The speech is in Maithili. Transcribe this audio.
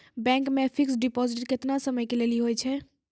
बैंक मे फिक्स्ड डिपॉजिट केतना समय के लेली होय छै?